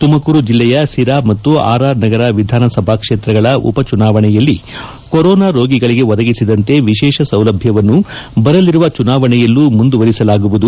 ತುಮಕೂರು ಜಿಲ್ಲೆಯ ಸಿರಾ ಮತ್ತು ಆರ್ಆರ್ ನಗರ ವಿಧಾನಸಭಾ ಕ್ಷೇತ್ರಗಳ ಉಪಚುನಾವಣೆಯಲ್ಲಿ ಕೊರೊನಾ ರೋಗಿಗಳಿಗೆ ಒದಗಿಸಿದಂತೆ ವಿಶೇಷ ಸೌಲಭ್ಯವನ್ನು ಬರಲಿರುವ ಚುನಾವಣೆಯಲ್ಲೂ ಮುಂದುವರಿಸಲಾಗುವುದು